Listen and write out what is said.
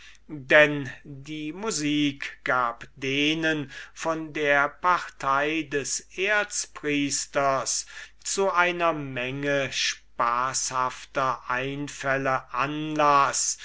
denn die musik gab denen von der partei des erzpriesters zu einer menge späßiger einfälle anlaß